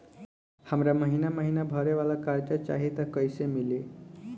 हमरा महिना महीना भरे वाला कर्जा चाही त कईसे मिली?